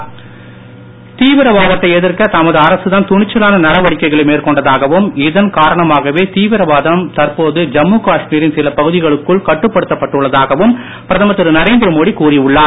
மோடி ராகுல் தீவிரவாதத்தை எதிர்க்க தமது அரசு தான் துணிச்சலான நடவடிக்கைகளை மேற்கொண்டதாகவும் இதன் காரணமாகவே தீவிரவாதம் தற்போது ஜம்மு காஷ்மீரின் சில பகுதிகளுக்குள் கட்டுப்படுத்தப்பட்டுள்ளதாகவும் பிரதமர் திரு நரேந்திரமோடி கூறி உள்ளார்